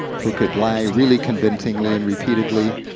who could lie really convincingly and repeatedly,